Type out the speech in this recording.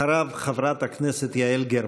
אחריו, חברת הכנסת יעל גרמן.